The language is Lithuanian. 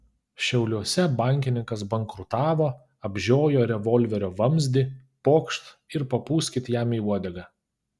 šiauliuose bankininkas bankrutavo apžiojo revolverio vamzdį pokšt ir papūskit jam į uodegą